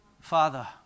Father